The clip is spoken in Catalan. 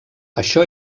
això